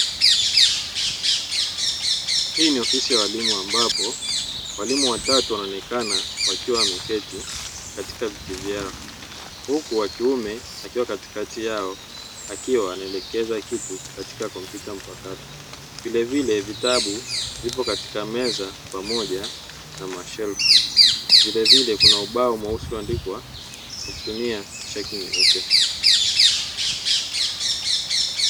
Hii ni ofisi ya walimu ambapo walimu watatu wanaonekana wakiwa wameketi katika viti vyao huku wa kiume akiwa katikati yao akiwa anaelekeza kitu katika kompyuta mpakato vilevile vitabu vipo katika meza pamoja na mashelfu vilevile kuna ubao mweusi ulioandikwa kwa kutumia chaki nyeupe.